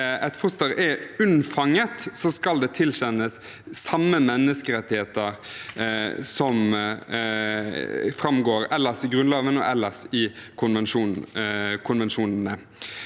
et foster er unnfanget, skal det tilkjennes samme menneskerettigheter som framgår ellers i Grunnloven og ellers i konvensjonene.